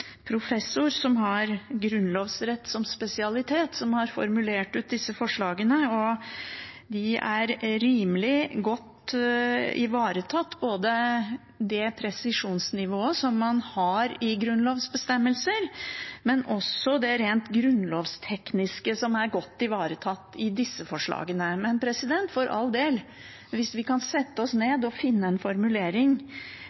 professor med grunnlovsrett som spesialitet som har formulert disse forslagene, og både det presisjonsnivået man har i grunnlovsbestemmelser, og det rent grunnlovstekniske er godt ivaretatt i forslagene. Men for all del, hvis vi kan sette oss